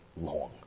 long